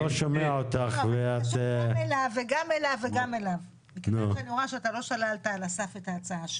כיוון שאני רואה שלא שללת על הסף את ההצעה שלי,